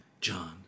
John